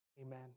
Amen